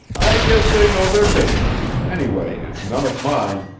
i guess they know their business anyway, it's none of mine,